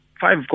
five